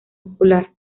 popular